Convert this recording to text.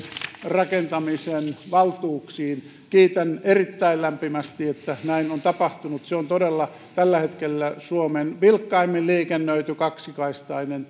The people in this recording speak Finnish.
rakentamisen valtuuksiin kiitän erittäin lämpimästi että näin on tapahtunut se on todella tällä hetkellä suomen vilkkaimmin liikennöity kaksikaistainen